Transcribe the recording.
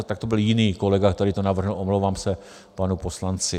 Tak to byl jiný kolega, který to navrhl, omlouvám se panu poslanci.